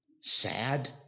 sad